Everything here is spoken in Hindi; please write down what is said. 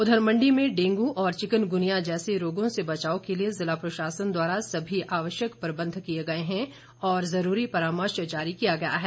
उधर मंडी में डेंगू और चिकनगुनिया जैसे रोगों से बचाव के लिए ज़िला प्रशासन द्वारा सभी आवश्यक प्रबंध किए गए हैं और ज़रूरी परामर्श जारी किया गया है